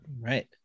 right